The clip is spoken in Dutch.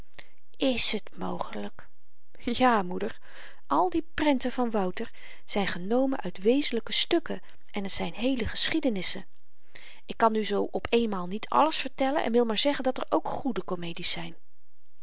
is t mogelyk ja moeder al die prenten van wouter zyn genomen uit wezenlyke stukken en t zyn heele geschiedenissen ik kan nu zoo op eenmaal niet alles vertellen en wil maar zeggen dat er ook goede komedies zyn